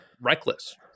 reckless